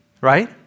right